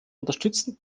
unterstützen